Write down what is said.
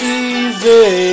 easy